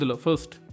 First